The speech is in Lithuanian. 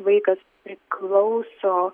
vaikas priklauso